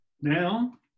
Now